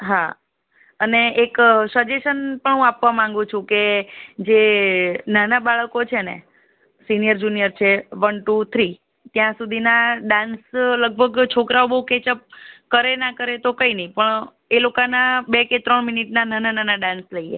હા અને એક સજેશન પણ હું આપવા માંગુ છું કે જે નાના બાળકો છે ને સિનિયર જુનિયર છે વન ટુ થ્રી ત્યાં સુધીના ડાન્સ લગભગ છોકરાઓ બહુ કેચ અપ કરે ના કરે તો કંઈ નહીં પણ એ લોકાના બે કે ત્રણ મિનિટના નાના નાના ડાન્સ લઈએ